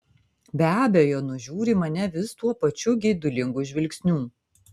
be abejo nužiūri mane vis tuo pačiu geidulingu žvilgsniu